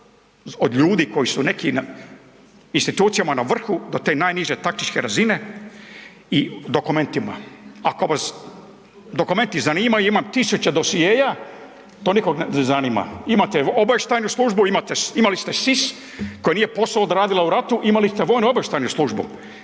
od ljudi koji su u nekim institucijama na vrhu, do te najniže taktičke razine i dokumentima. Ako vas dokumenti zanimaju, imam tisuće dosjea, to nikog ne zanima. Imat obavještajnu službu, imali ste SIS koji nije posao odradila u ratu, imali ste vojno-obavještajnu službu.